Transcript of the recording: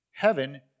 Heaven